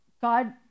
God